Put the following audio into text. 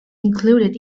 included